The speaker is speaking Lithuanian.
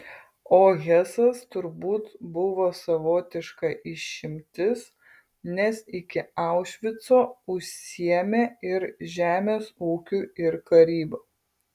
o hesas turbūt buvo savotiška išimtis nes iki aušvico užsiėmė ir žemės ūkiu ir karyba